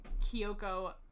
Kyoko